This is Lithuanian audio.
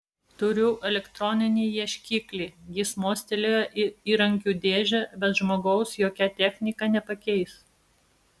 turiu elektroninį ieškiklį jis mostelėjo į įrankių dėžę bet žmogaus jokia technika nepakeis